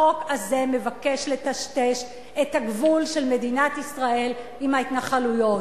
החוק הזה מבקש לטשטש את הגבול של מדינת ישראל עם ההתנחלויות,